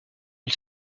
ils